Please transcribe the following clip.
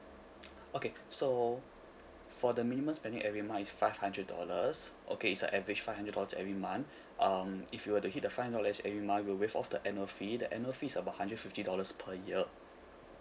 okay so for the minimum spending every month is five hundred dollars okay it's a average five hundred dollars every month um if you were to hit the five hundred dollars every month we'll waive off the annual fee the annual fee is about hundred fifty dollars per year